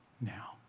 now